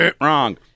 wrong